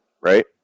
right